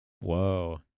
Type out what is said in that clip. Whoa